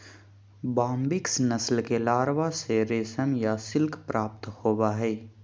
Bombyx नस्ल के larva से रेशम या सिल्क प्राप्त होबा हइ